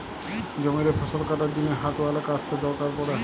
জমিরে ফসল কাটার জিনে হাতওয়ালা কাস্তের দরকার পড়ে